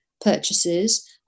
purchases